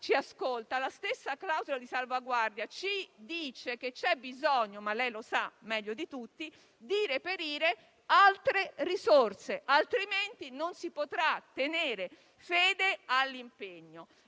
Ministro perché ci ascolta - ci dice che c'è bisogno, ma lei lo sa meglio di tutti, di reperire altre risorse, altrimenti non si potrà tenere fede all'impegno.